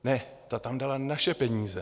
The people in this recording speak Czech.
Ne, ta tam dala naše peníze.